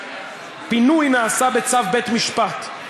הפינוי נעשה בצו בית-משפט.